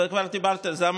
וכבר דיברתי על זה.